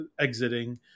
exiting